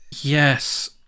Yes